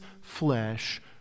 flesh